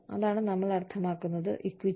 അതാണ് നമ്മൾ അർത്ഥമാക്കുന്നത് ഇക്വിറ്റി